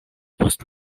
post